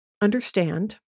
understand